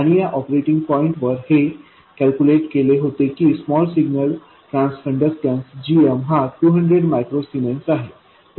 आणि या ऑपरेटिंग पॉईंटवर हे कॅल्कुलेट केले होते की small signal transconductance gm हा 200 मायक्रो सीमेन्स आहे